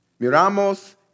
Miramos